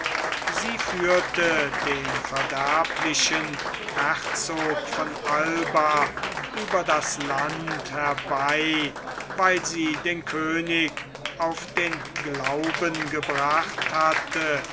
sie führte den verderblichen herzog von alba über das land herbei weil sie den könig auf den glauben gebracht hatte